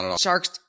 sharks